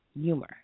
Humor